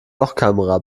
lochkamera